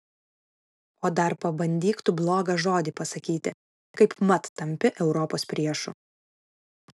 o dar pabandyk tu blogą žodį pasakyti kaipmat tampi europos priešu